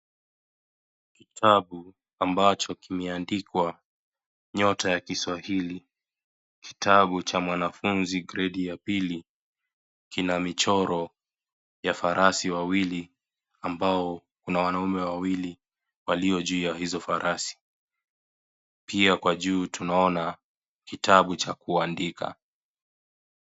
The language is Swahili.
Kitabu ambacho kimeandikwa nyota ya kiswahili kitabu cha mwanafunzi grade ya pili. Kina michoro ya farasi wawili ambao kuna wanaume wawili walio juu ya hizo farasi. Pia kwa juu tunaona kitabu cha kuandika.